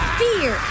fear